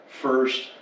first